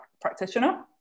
practitioner